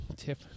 Tip